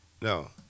No